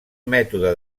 mètode